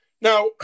Now